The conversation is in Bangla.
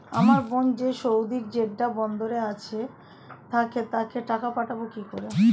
আমার বোন যে সৌদির জেড্ডা বন্দরের কাছে থাকে তাকে টাকা পাঠাবো কি করে?